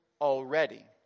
already